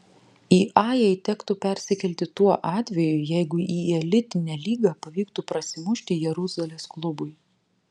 į a jai tektų persikelti tuo atveju jeigu į elitinę lygą pavyktų prasimušti jeruzalės klubui